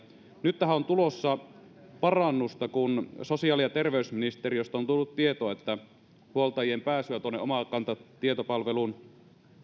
nyt tähän on tulossa parannusta kun sosiaali ja terveysministeriöstä on tullut tieto että huoltajien pääsyä tuonne omakanta tietopalveluun